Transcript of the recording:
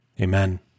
Amen